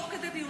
תוך כדי דיונים,